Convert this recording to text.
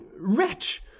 wretch